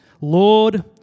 Lord